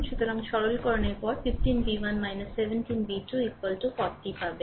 সুতরাং সরলকরণের পরে 15 v 1 17 v 2 40 পাবেন